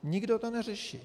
Nikdo to neřeší.